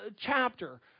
chapter